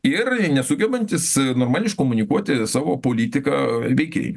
ir nesugebantys normaliai iškomunikuoti savo politiką veikėjai